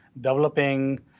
developing